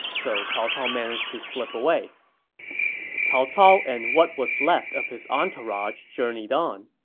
so cao cao managed to slip away cao cao and what was left of his entourage journeyed on.